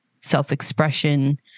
self-expression